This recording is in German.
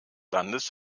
landes